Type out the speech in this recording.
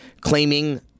claiming